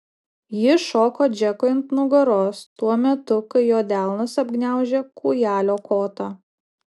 ji šoko džekui ant nugaros tuo metu kai jo delnas apgniaužė kūjelio kotą